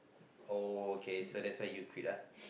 okay so that's why you quit ah